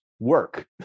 Work